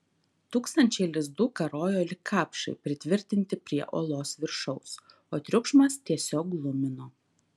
tūkstančiai lizdų karojo lyg kapšai pritvirtinti prie olos viršaus o triukšmas tiesiog glumino